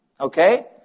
Okay